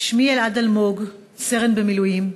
שמי אלעד אלמוג, סרן במילואים,